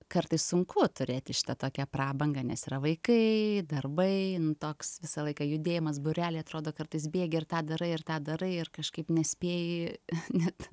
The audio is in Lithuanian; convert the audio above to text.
kartais sunku turėti šitą tokią prabangą nes yra vaikai darbai toks visą laiką judėjimas būreliai atrodo kartais bėgi ir tą darai ir tą darai ir kažkaip nespėji net